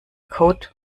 code